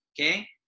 okay